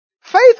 faith